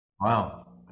Wow